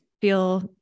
feel